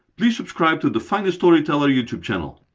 please subscribe to the finance storyteller youtube channel!